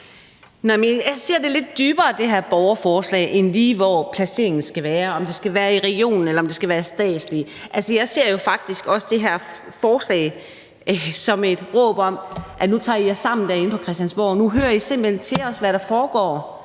som lidt dybere end lige at handle om, hvor placeringen skal være – om det skal være i regionen, eller om det skal ligge statsligt. Altså, jeg ser jo faktisk også det her forslag som et råb om, at nu tager I jer sammen derinde på Christiansborg; nu hører I simpelt hen på os om, hvad der foregår